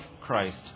Christ